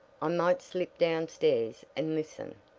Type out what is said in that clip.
i might slip downstairs and listen.